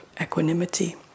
equanimity